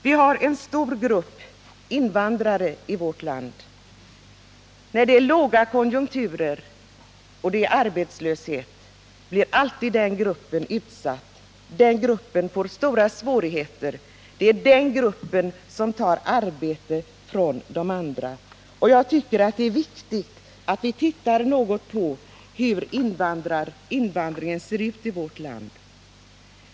Vi har en stor grupp invandrare i vårt land. När det är lågkonjunktur och arbetslöshet blitalltid den gruppen utsatt. Den gruppen får stora svårigheter. Det är den gruppen som man tror tar arbete från andra. Jag tycker det är viktigt att vi tittar något på hur invandringen ser ut i vårt land.